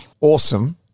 Awesome